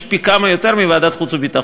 פי כמה יותר מלוועדת החוץ והביטחון.